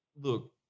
Look